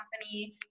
company